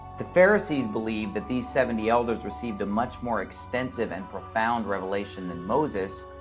the pharisees believed that these seventy elders received a much more extensive and profound revelation than moses,